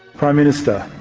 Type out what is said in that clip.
prime minister,